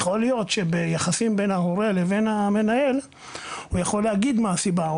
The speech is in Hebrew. יכול להיות שביחסים בין ההורה לבין המנהל הוא יכול להגיד מה הסיבה,